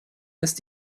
ist